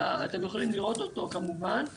אתם יכולים לראות אותו כמובן,